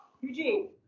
Eugene